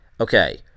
okay